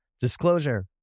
Disclosure